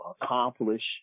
accomplish